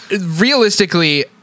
realistically